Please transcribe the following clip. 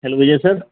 hello Vijay sir